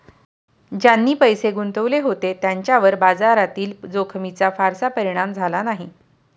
ज्यांनी पैसे गुंतवले होते त्यांच्यावर बाजारातील जोखमीचा फारसा परिणाम झाला नाही